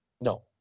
No